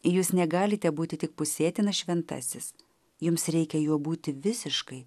jūs negalite būti tik pusėtinas šventasis jums reikia juo būti visiškai